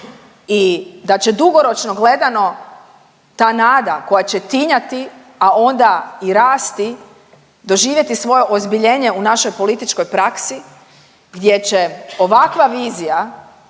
i da će dugoročno gledano ta nada koja će tinjati, a onda i rasti doživjeti svoje ozbiljenje u našoj političkoj praksi gdje će ovakva vizija